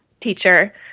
teacher